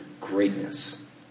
greatness